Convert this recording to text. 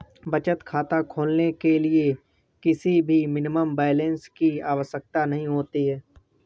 बचत खाता खोलने के लिए किसी भी मिनिमम बैलेंस की आवश्यकता नहीं होती है